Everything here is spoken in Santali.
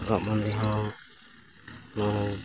ᱦᱚᱨᱚᱜ ᱵᱟᱸᱫᱮ ᱦᱚᱸ ᱱᱚᱜᱼᱚᱭ